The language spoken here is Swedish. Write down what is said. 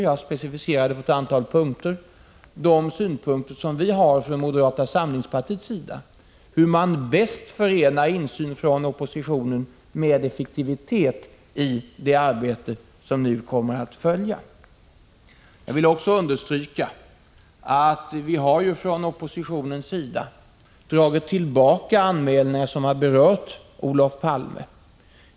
Jag specificerade i ett antal avseenden de synpunkter som vi från moderata samlingspartiets sida har på hur man bäst förenar insyn från oppositionen med effektivitet i det arbete som nu kommer att följa. Jag vill också understryka att vi från oppositionens sida har dragit tillbaka anmälningar som har berört Olof Palme.